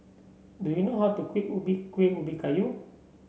do you know how to Kuih Ubi Kuih Ubi Kayu